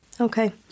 Okay